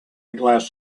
glass